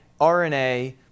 RNA